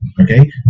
Okay